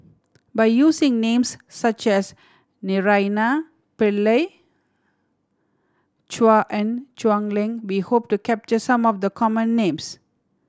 by using names such as Naraina Pillai Chua and Quek Ling we hope to capture some of the common names